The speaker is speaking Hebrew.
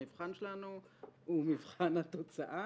המבחן שלנו הוא מבחן התוצאה,